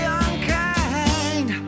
unkind